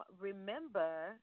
remember